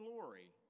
glory